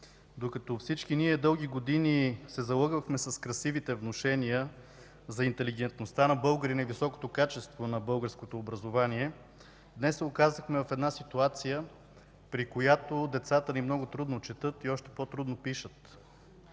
Докато всички ние дълги години се залъгвахме с красивите внушения за интелигентността на българина и високото качество на българското образование, днес се оказахме в една ситуация, при която децата ни много трудно четат и още по-трудно пишат.